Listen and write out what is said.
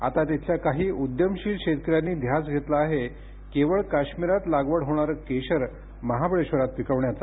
आता तिथल्या काही उद्यमशील शेतकऱ्यांनी ध्यास घेतला आहे केवळ काश्मिरात लागवड होणारं केशर महाबळेश्वरात पिकवण्याचा